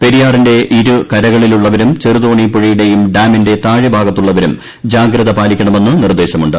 പെരിയാറിന്റെ ഇരു കരകളിലുള്ളവരും ചെറുതോണി പുഴയുടെയും ഡാമിന്റെ താഴെ ഭാഗത്തുള്ളവരും ജാഗ്രത പാലിക്കണമെന്ന് നിർദ്ദേശമുണ്ട്